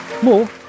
more